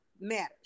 matters